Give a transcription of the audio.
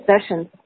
sessions